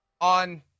on